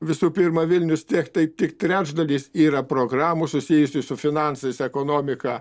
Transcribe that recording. visų pirma vilnius tech tai tik trečdalis yra programų susijusių su finansais ekonomika